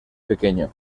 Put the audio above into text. pequeño